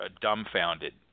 dumbfounded